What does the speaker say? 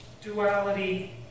duality